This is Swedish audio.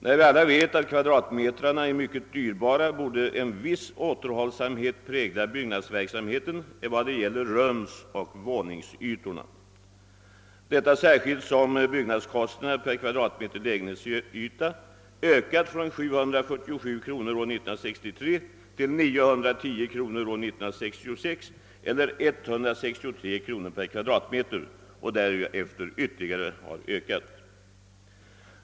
När vi alla vet att kvadratmetrarna är mycket dyra, borde en viss återhållsamhet prägla byggverksamheten vad det gäller rumsoch våningystorna, särskilt som byggnadskostnaderna per kvadratmeter lägenhetsyta ökat från 747 kronor år 1963 till 910 kronor år 1966 eller med 163 kronor per kvadratmeter. Därefter har kostnaderna ökat ytterligare.